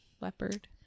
leopard